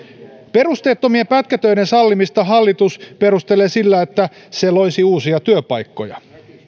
perusteettomien pätkätöiden sallimista hallitus perustelee sillä että se loisi uusia työpaikkoja